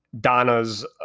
Donna's